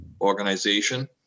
organization